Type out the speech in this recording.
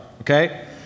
Okay